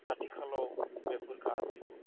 आथिखालाव बेफोर गासैबो